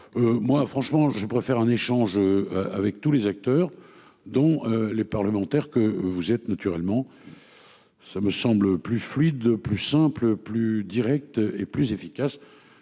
Moi franchement je préfère un échange avec tous les acteurs, dont les parlementaires que vous êtes naturellement. Ça me semble plus fluide, plus simple, plus directe et plus efficace.